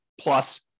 plus